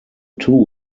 two